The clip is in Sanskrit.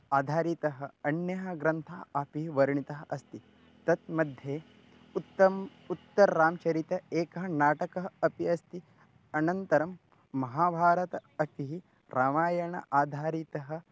आधारितः अन्यः ग्रन्थः अपि वर्णितः अस्ति तत् मध्ये उत्तमम् उत्तररामचरितम् एकः नाटकः अपि अस्ति अनन्तरं महाभारतमपि रामायणाधारितः